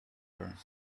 her